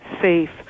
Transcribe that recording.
safe